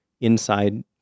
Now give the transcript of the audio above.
inside